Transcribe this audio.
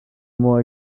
more